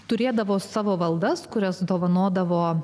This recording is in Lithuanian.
turėdavo savo valdas kurias dovanodavo